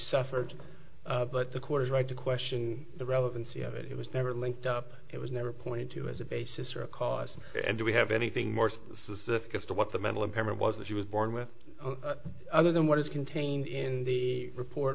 suffered but the court is right to question the relevancy of it was never linked up it was never pointed to as a basis or a cause and do we have anything more specific as to what the mental impairment was that she was born with other than what is contained in the report